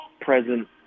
present